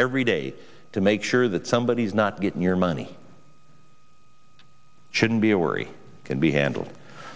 every day to make sure that somebody is not getting your money shouldn't be a worry can be handled